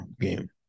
game